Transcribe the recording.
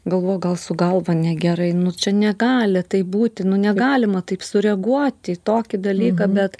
galvoju gal su galva negerai nu čia negali taip būti nu negalima taip sureaguoti į tokį dalyką bet